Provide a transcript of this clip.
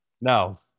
No